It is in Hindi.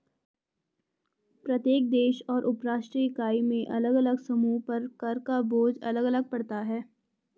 प्रत्येक देश और उपराष्ट्रीय इकाई में अलग अलग समूहों पर कर का बोझ अलग अलग पड़ता है